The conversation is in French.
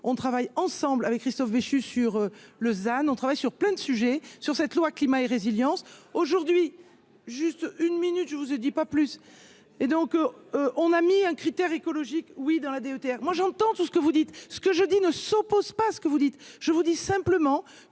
on travaille ensemble avec Christophe Béchu sur Lausanne, on travaille sur plein de sujets sur cette loi climat et résilience aujourd'hui juste une minute, je vous ai dit pas plus, et donc on a mis un critère écologique oui dans la DETR moi j'entends tout ce que vous dites, ce que je dis, ne s'oppose pas ce que vous dites, je vous dis simplement